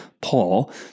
Paul